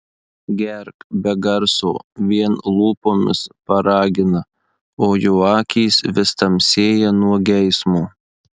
gerk be garso vien lūpomis paragina o jo akys vis tamsėja nuo geismo